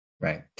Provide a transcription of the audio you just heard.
right